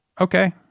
Okay